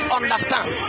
understand